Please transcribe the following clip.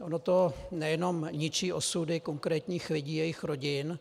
Ono to nejenom ničí osudy konkrétních lidí, jejich rodin.